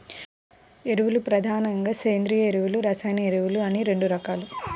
ఎరువులు ప్రధానంగా సేంద్రీయ ఎరువులు, రసాయన ఎరువులు అని రెండు రకాలు